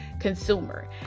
consumer